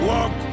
Walk